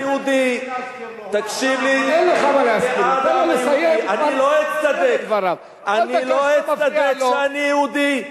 תקשיב לי, ידידי, אני לא אצטדק שאני יהודי.